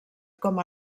com